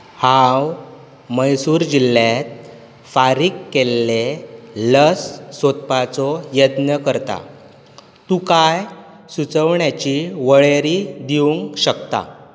हांव म्हैसूर जिल्ल्यांत फारीक केल्लें लस सोदपाचो यत्न करतां तूं कांय सुचोवण्यांची वळेरी दिवंक शकता